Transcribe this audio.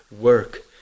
work